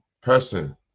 person